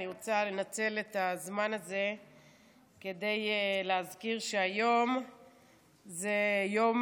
אני רוצה לנצל את הזמן הזה כדי להזכיר שהיום זה יום